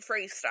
freestyle